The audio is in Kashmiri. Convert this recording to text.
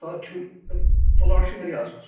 تَتھ چھُ پُلاٹ چھُ واریاہ اَصٕل سُہ